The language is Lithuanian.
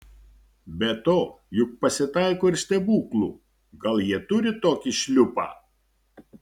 be to juk pasitaiko ir stebuklų gal jie turi tokį šliupą